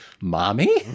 mommy